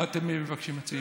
מה אתם מבקשים, המציעים?